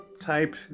type